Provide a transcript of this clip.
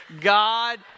God